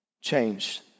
Change